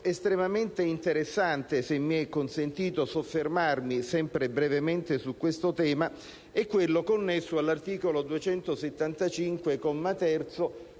estremamente interessante, se mi è consentito soffermarmi, sempre brevemente, su questo tema, è quello connesso all'articolo 275,